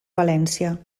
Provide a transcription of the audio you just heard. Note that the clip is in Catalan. valència